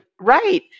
right